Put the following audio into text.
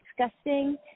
disgusting